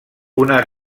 una